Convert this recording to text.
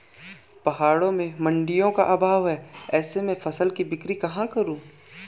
पहाड़ों में मडिंयों का अभाव है ऐसे में फसल की बिक्री कहाँ करूँ?